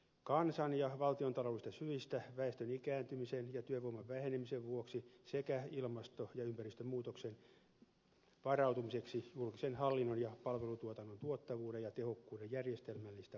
kansan ja valtiontaloudellisista syistä väestön ikääntymisen ja työvoiman vähenemisen vuoksi sekä ilmasto ja ympäristömuutokseen varautumiseksi julkisen hallinnon ja palvelutuotannon tuottavuuden ja tehokkuuden järjestelmällistä parantamista on jatkettava